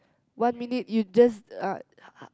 one minute you just uh